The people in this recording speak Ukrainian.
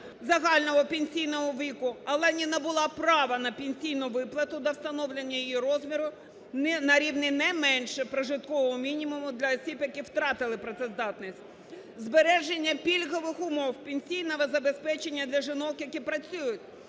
загального пенсійного віку, але не набула права на пенсійну виплату до встановлення її розміру на рівні, не менше прожиткового мінімуму для осіб, які втратили працездатність; збереження пільгових умов пенсійного забезпечення для жінок, які працюють